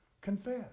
confess